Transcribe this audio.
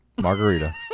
Margarita